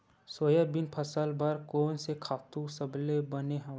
Soybean फसल बर कोन से खातु सबले बने हवय?